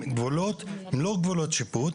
גבולות שיפוט,